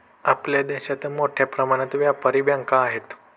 आपल्या देशात मोठ्या प्रमाणात व्यापारी बँका आहेत